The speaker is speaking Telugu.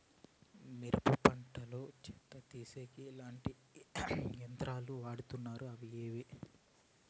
మిరప పంట లో చెత్త తీసేకి ఎట్లాంటి కొత్త యంత్రాలు వాడుతారు అవి ఏవి?